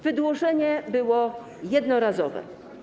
Wydłużenie było jednorazowe.